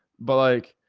but like,